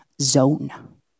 zone